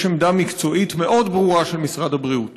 יש עמדה מקצועית מאוד ברורה של משרד הבריאות.